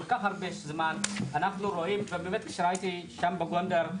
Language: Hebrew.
כל כך הרבה זמן ובאמת שהייתי שם בגונדר,